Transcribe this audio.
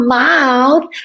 mouth